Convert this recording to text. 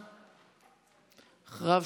אחריו,